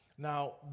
Now